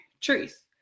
truth